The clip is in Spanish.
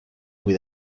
muy